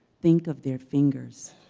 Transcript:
think of their fingers,